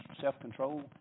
self-control